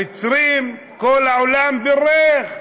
המצרים, כל העולם בירך.